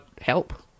help